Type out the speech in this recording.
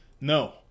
No